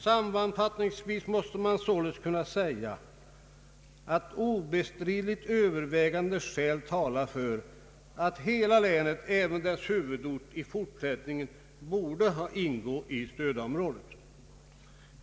Sammanfattningsvis måste man kunna säga att obestridligt övervägande skäl talar för att hela länet, även dess huvudort, i fortsättningen borde ingå i stödområdet.